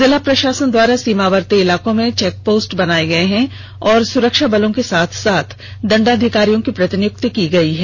जिला प्रषासन द्वारा सीमावर्ती इलाकों में चेकपोस्ट बनाये गये हैं और सुरक्षा बलों के साथ साथ दंडाधिकारियों की प्रतिनियुक्ति की गई है